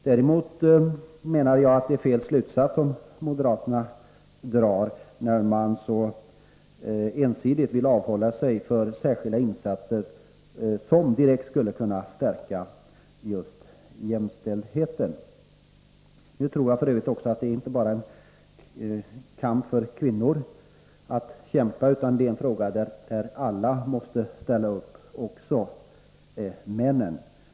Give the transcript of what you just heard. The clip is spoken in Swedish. Däremot menar jag att moderaterna drar fel slutsats när de så ensidigt vill avhålla sig från särskilda insatser som direkt skall kunna stärka just jämställdheten. Nu tror jag att detta inte bara är en kamp för kvinnor, utan jag tror att det är en fråga som alla måste ställa upp för — även männen.